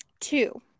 Two